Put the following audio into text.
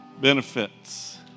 benefits